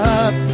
up